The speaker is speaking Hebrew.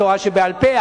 התורה שבעל-פה,